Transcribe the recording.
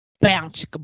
bounce